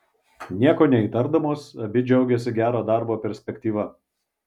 nieko neįtardamos abi džiaugėsi gero darbo perspektyva